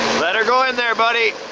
let her go in there buddy!